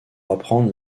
apprendre